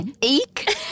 Eek